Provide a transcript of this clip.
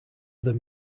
other